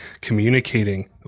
communicating